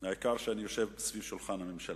העיקר שאני יושב סביב שולחן הממשלה.